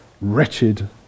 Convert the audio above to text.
wretched